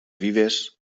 vives